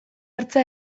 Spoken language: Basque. hartzea